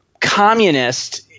communist